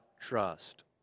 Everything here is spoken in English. trust